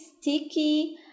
sticky